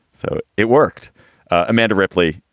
so it worked amanda ripley,